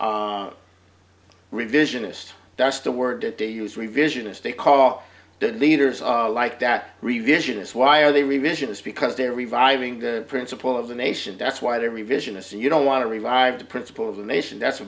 yeah revisionist that's the word that they use revisionist they call good leaders are like that revisionists why are they revisionist because they're reviving the principle of the nation that's why they're revisionists and you don't want to revive the principle of the nation that's a